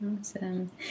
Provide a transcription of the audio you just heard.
Awesome